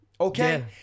okay